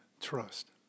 trust